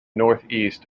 northeast